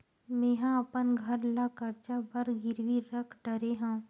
मेहा अपन घर ला कर्जा बर गिरवी रख डरे हव